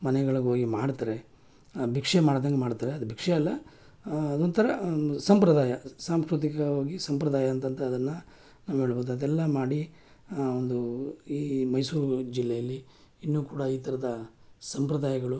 ಮನೆಗಳಿಗೆ ಹೋಗಿ ಮಾಡ್ತಾರೆ ಭಿಕ್ಷೆ ಮಾಡ್ದಂಗೆ ಮಾಡ್ತಾರೆ ಅದು ಭಿಕ್ಷೆ ಅಲ್ಲ ಅದೊಂಥರ ಒಂದು ಸಂಪ್ರದಾಯ ಸಾಂಸ್ಕೃತಿಕವಾಗಿ ಸಂಪ್ರದಾಯ ಅಂತಂಥ ಅದನ್ನು ನಾವು ಹೇಳ್ಬೋದು ಅದೆಲ್ಲಾ ಮಾಡಿ ಒಂದು ಈ ಮೈಸೂರು ಜಿಲ್ಲೆಯಲ್ಲಿ ಇನ್ನು ಕೂಡ ಈ ಥರದ ಸಂಪ್ರದಾಯಗಳು